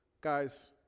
Guys